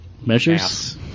measures